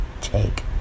take